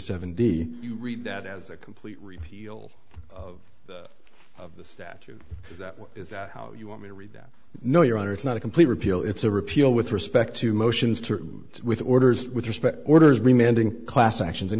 seven d you read that as a complete repeal of the statute that is that how you want me to read that no your honor it's not a complete repeal it's a repeal with respect to motions to do with orders with respect orders reminding class actions in